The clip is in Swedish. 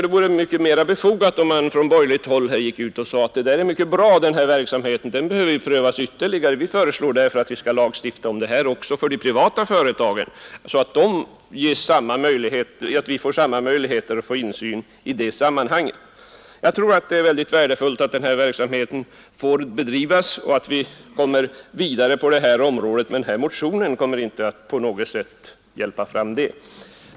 Det vore mera befogat om man från borgerligt håll förklarade att denna försöksverksamhet är mycket bra, att den skall prövas ytterligare och att man borde lagstifta om sådan verksamhet även för de privata företagen så att de anställda där ges samma möjlighet till insyn. Jag tror det vore mycket värdefullt om denna försöksverksamhet fick fortsätta så att vi på det sättet kunde komma längre på detta område. Men motionen hjälper inte till på något vis med detta.